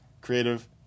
creative